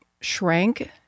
shrank